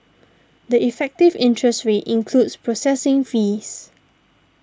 the effective interest rate includes processing fees